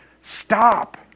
stop